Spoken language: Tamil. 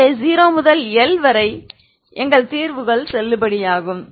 எனவே 0 முதல் L வரை எங்கள் தீர்வுகள் செல்லுபடியாகும்